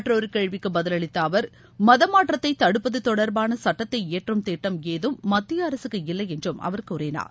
மற்றொரு கேள்விக்கு பதிலளித்த அவர் மதமாற்றத்தை தடுப்பது தொடர்பான சட்டத்தை இயற்றும் திட்டம் ஏதும் மத்திய அரசுக்கு இல்லையென்றும் கூறினார்